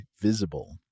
Visible